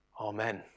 Amen